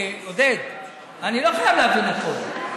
עודד, אני לא חייב להבין הכול.